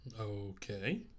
Okay